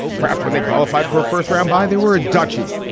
perhaps when they qualified for a first round by they were a duchy.